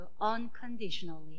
unconditionally